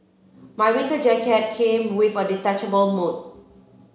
my winter jacket came with a detachable mood